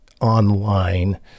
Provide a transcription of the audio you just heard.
online